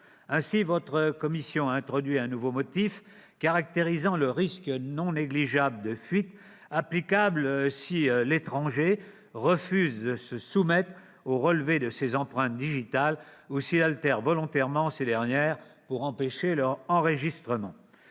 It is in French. Ainsi, votre commission a introduit un nouveau motif caractérisant le risque non négligeable de fuite applicable si l'étranger refuse de se soumettre au relevé de ses empreintes digitales ou s'il altère volontairement ces dernières pour empêcher leur enregistrement.